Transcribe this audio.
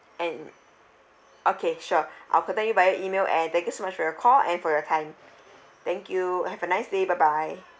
and okay sure I'll contact you via email and thank you so much for your call and for your time thank you uh have a nice day bye bye